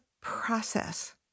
process